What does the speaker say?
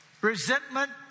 resentment